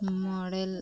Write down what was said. model